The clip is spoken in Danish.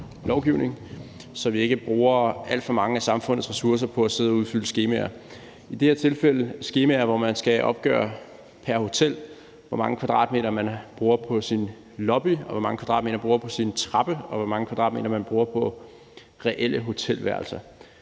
så vi ikke bruger alt for mange af samfundets ressourcer på at sidde og udfylde skemaer. I det her tilfælde er det skemaer, hvor man skal opgøre pr. hotel, hvor mange kvadratmeter man bruger på sin lobby, hvor mange kvadratmeter man bruger på sin trappe, og hvor mange kvadratmeter man bruger på reelle hotelværelser.